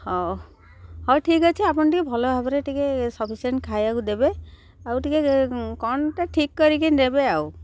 ହଉ ହଉ ଠିକ୍ ଅଛି ଆପଣ ଟିକେ ଭଲ ଭାବରେ ଟିକେ ସଫିସିଏଣ୍ଟ୍ ଖାଇବାକୁ ଦେବେ ଆଉ ଟିକେ କ'ଣ ଟା ଠିକ୍ କରିକି ନେବେ ଆଉ